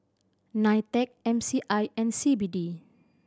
NITEC M C I and C B D